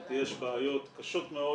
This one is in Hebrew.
לדעתי יש בעיות קשות מאוד